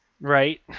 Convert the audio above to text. Right